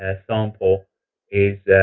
ah sample is that